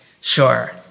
Sure